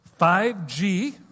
5G